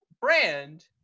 brand